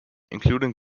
included